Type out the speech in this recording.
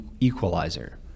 equalizer